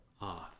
off